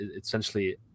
essentially